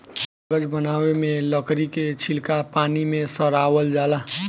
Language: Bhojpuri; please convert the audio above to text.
कागज बनावे मे लकड़ी के छीलका पानी मे सड़ावल जाला